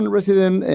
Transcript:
Resident